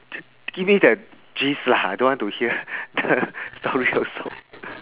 give me the gist lah I don't want to hear the story also